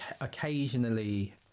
occasionally